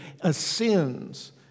ascends